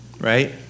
Right